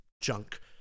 junk